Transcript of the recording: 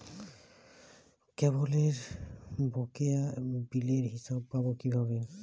কেবলের বকেয়া বিলের হিসাব পাব কিভাবে?